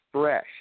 fresh